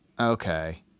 okay